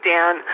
Dan